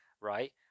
Right